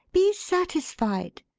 be satisfied.